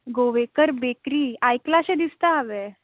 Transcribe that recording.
Govekar bakery आयकलां अशें दिसता हांवें